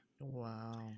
Wow